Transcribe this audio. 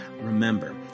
Remember